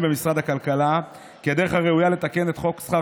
במשרד הכלכלה סבורים כי הדרך הראויה לתקן את חוק שכר